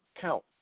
count